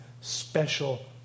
special